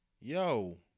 yo